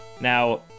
Now